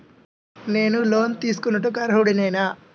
నేను లోన్ తీసుకొనుటకు అర్హుడనేన?